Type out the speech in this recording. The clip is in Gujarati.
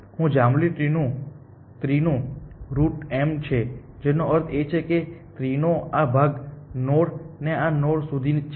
આ જાંબલી ટ્રી નું રુટ m છે જેનો અર્થ એ છે કે ટ્રી નો આ ભાગ આ નોડ ને આ નોડ સુધી છે